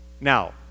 now